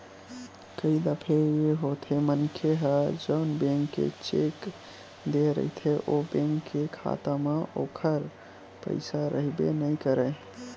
कई दफे ए होथे मनखे ह जउन बेंक के चेक देय रहिथे ओ बेंक के खाता म ओखर पइसा रहिबे नइ करय